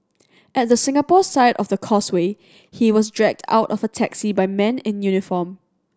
at the Singapore side of the Causeway he was dragged out of a taxi by men in uniform